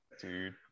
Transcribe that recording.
dude